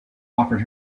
offered